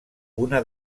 una